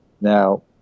Now